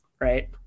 Right